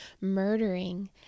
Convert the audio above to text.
murdering